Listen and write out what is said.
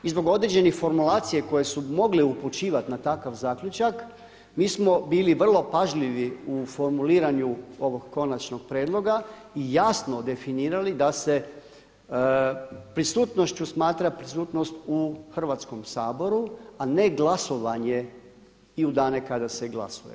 I zbog određenih formulacija koje su mogle upućivati na takav zaključak mi smo bili vrlo pažljivi u formuliranju ovog konačnog prijedloga i jasno definirali da se prisustnošću smatra prisutnost u Hrvatskom saboru a ne glasovanje i u dane kada se glasuje.